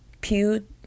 Pew